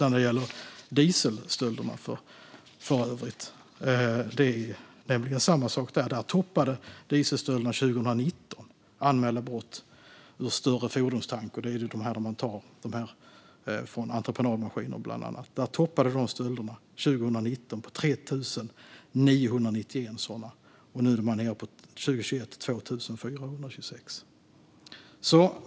Likadant är det för övrigt när det gäller dieselstölderna. År 2019 toppade antalet anmälda stölder ur större fordonstank, alltså när man tar från bland annat entreprenadmaskiner, på 3 991, och 2021 var man nere på 2 426.